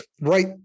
right